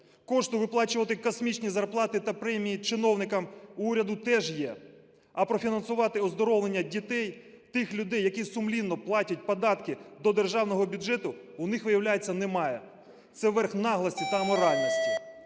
Кошти виплачувати космічні зарплати та премії чиновникам в уряду теж є, а профінансувати оздоровлення дітей тих людей, які сумлінно платять податки до державного бюджету, в них виявляється немає. Це верх наглості та аморальності.